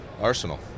Arsenal